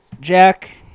Jack